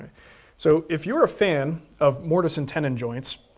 so if you're a fan of mortise and tenon joints,